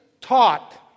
taught